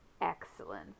Excellent